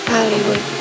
Hollywood